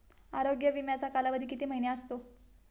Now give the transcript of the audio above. आरोग्य विमाचा कालावधी किती महिने असतो?